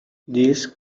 these